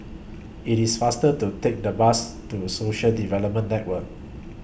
IT IS faster to Take The Bus to Social Development Network